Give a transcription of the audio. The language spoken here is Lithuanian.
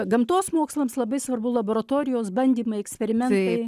gamtos mokslams labai svarbu laboratorijos bandymai eksperimentai